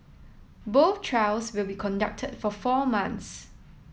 both trials will be conducted for four months